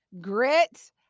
grit